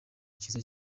cyiza